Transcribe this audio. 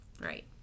Right